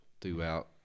throughout